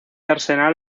arsenal